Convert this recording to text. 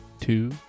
two